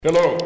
Hello